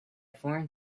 foreign